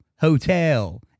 Hotel